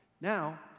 Now